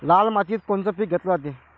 लाल मातीत कोनचं पीक घेतलं जाते?